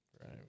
Right